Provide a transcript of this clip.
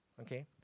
Okay